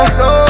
no